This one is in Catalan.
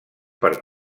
per